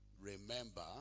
remember